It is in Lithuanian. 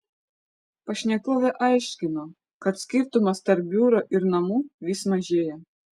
pašnekovė aiškino kad skirtumas tarp biuro ir namų vis mažėja